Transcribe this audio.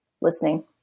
listening